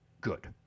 good